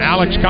Alex